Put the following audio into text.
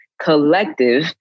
collective